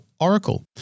Oracle